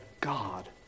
God